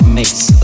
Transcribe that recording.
makes